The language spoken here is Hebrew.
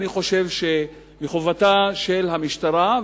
אני חושב שמחובתה של המשטרה,